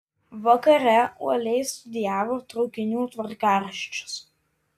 vakare uoliai studijavo traukinių tvarkaraščius